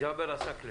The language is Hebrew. ג'אבר עסאקלה.